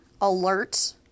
alert